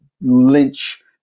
lynch